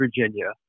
Virginia